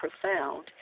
profound